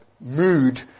mood